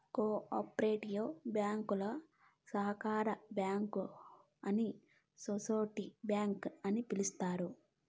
co operative బ్యాంకులు సహకార bank అని సోసిటీ బ్యాంక్ అని పిలుత్తారు